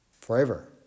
Forever